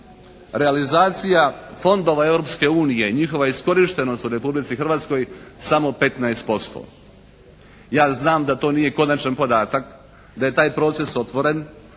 realizacija fondova Europske unije i njihova iskorištenost u Republici Hrvatskoj samo 15%. Ja znam da to nije konačan podatak, da je taj proces otvoren.